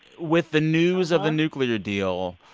with the news of a nuclear deal,